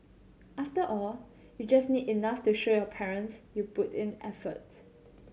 after all you just need enough to show your parents you put in effort